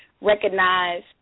recognize